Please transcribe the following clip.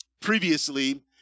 previously